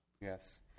Yes